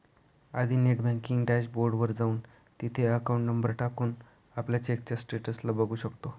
आधी net banking dashboard वर जाऊन, तिथे अकाउंट नंबर टाकून, आपल्या चेकच्या स्टेटस ला बघू शकतो